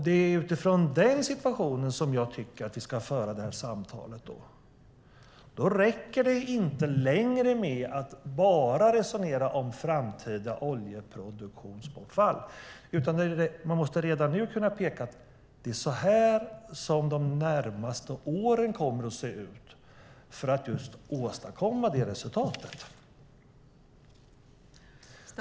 Det är utifrån denna situation jag tycker att vi ska föra samtalet. Då räcker det inte längre med att bara resonera om framtida oljeproduktionsbortfall, utan man måste redan nu kunna peka ut hur de närmaste åren kommer att se ut för att just åstadkomma det resultatet.